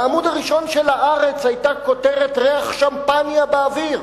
אלא בעמוד הראשון של "הארץ" היתה כותרת: "ריח שמפניה באוויר".